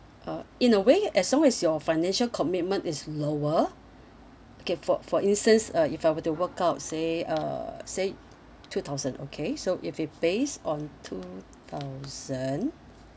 uh in a way as long as your financial commitment is lower okay for for instance uh if I were to work out say uh say two thousand okay so if we based on two thousand